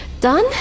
done